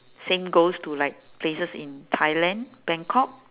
same goes to like places in thailand bangkok